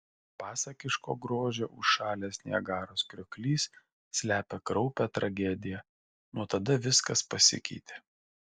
pasakiško grožio užšalęs niagaros krioklys slepia kraupią tragediją nuo tada viskas pasikeitė